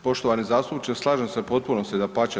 Poštovani zastupniče, slažem se u potpunosti, dapače.